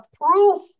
proof